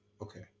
okay